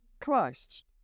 Christ